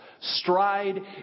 Stride